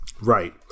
Right